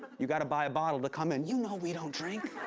you got to buy a bottle to come in. you know we don't drink.